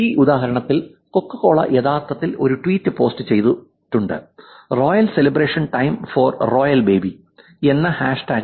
ഈ ഉദാഹരണത്തിൽ കൊക്കോകോള യഥാർത്ഥത്തിൽ ഒരു ട്വീറ്റ് പോസ്റ്റ് ചെയ്തിട്ടുണ്ട് royal celebration time for royal baby എന്ന ഹാഷ്ടാഗ്